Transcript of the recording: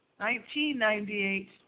1998